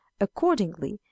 accordingly